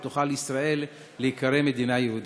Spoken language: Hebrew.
לא תוכל ישראל להיקרא מדינה יהודית.